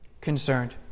concerned